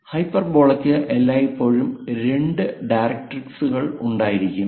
ഹൈപ്പർബോളയ്ക്ക് എല്ലായ്പ്പോഴും രണ്ട് ഡിറക്ടറിസുകൾ ഉണ്ടായിരിക്കും